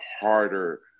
harder